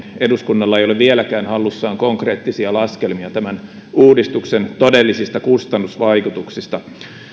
eduskunnalla ei ole vieläkään hallussaan konkreettisia laskelmia tämän uudistuksen todellisista kustannusvaikutuksista